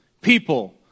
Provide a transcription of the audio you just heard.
people